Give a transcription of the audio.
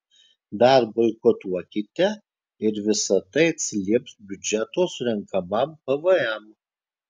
dar boikotuokite ir visa tai atsilieps biudžeto surenkamam pvm